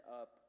up